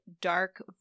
dark